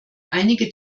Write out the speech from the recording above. einige